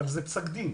אבל זה פסק דין.